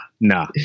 nah